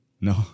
no